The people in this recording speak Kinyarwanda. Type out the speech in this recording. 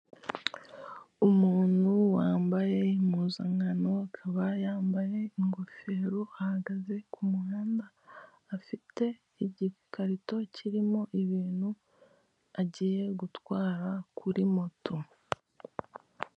Umuntu wambaye impuzankano akaba yambaye ingofero ahagaze ku muhanda, afite igikarito kirimo ibintu agiye gutwara kuri moto.